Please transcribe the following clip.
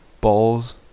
balls